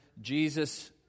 Jesus